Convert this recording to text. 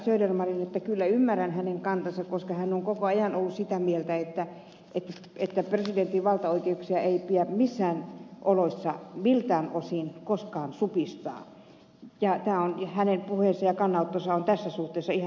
södermanille että kyllä ymmärrän hänen kantansa koska hän on koko ajan ollut sitä mieltä että presidentin valtaoikeuksia ei pidä missään oloissa miltään osin koskaan supistaa ja tämä hänen puheensa ja kannanottonsa on tässä suhteessa ihan johdonmukainen